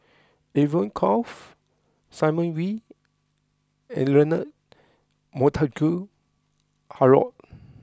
Evon Kow Simon Wee and Leonard Montague Harrod